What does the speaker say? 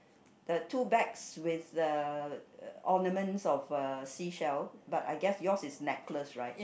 the two bags with the ornaments of uh seashell but I guess yours is necklace right